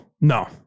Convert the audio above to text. No